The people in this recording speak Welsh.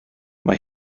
mae